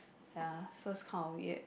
ya so it's kind of weird